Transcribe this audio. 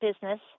business